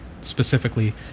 specifically